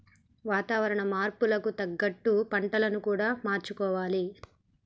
వాతావరణ మార్పులకు తగ్గట్టు పంటలను కూడా మార్చుకోవాలి